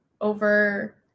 over